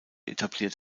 etabliert